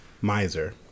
miser